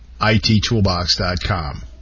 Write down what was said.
ITtoolbox.com